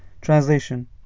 translation